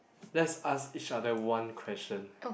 let's ask each other one question